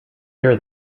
here